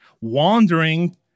wandering